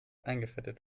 eingefettet